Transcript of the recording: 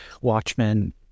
watchmen